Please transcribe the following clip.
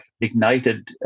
ignited